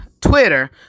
Twitter